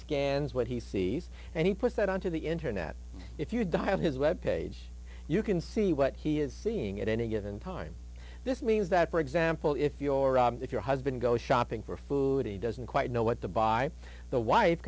scans what he sees and he puts that on to the internet if you dial his web page you can see what he is seeing at any given time this means that for example if your if your husband goes shopping for food he doesn't quite know what the buy the wife